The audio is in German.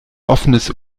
offenes